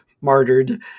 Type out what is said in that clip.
martyred